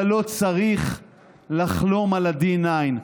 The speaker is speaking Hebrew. אבל לא צריך לחלום על ה-9D.